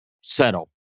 settle